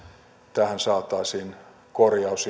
tähän saataisiin korjaus